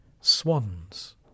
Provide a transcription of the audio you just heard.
swans